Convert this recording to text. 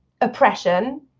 oppression